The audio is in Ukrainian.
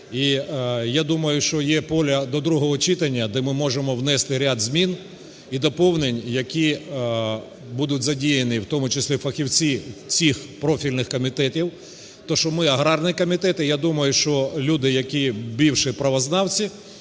І я думаю, що є поля до другого читання, де ми можемо внести ряд змін і доповнень, які будуть задіяні, в тому числі фахівці цих профільних комітетів, тому що ми – аграрний комітет. І я думаю, що люди, які бувші правознавці,